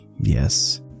yes